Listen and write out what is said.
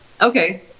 Okay